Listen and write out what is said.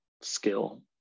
skill